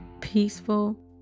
peaceful